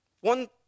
One